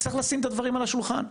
צריך לשים את הדברים על השולחן.